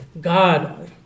God